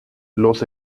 los